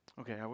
Okay